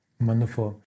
Wonderful